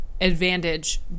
advantage